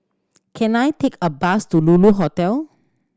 can I take a bus to Lulu Hotel